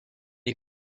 est